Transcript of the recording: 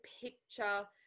picture